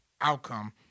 outcome